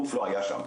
גוף לא היה שם,